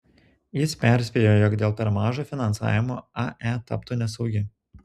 jis perspėjo jog dėl per mažo finansavimo ae taptų nesaugi